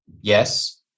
Yes